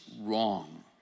wrong